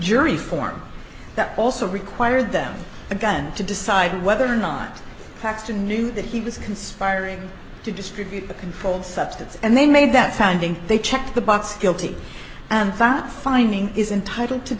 jury form that also required them again to decide whether or not baxter knew that he was conspiring to distribute the controlled substance and they made that finding they checked the box guilty and that finding is entitled to